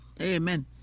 amen